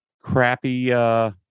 crappy